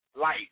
light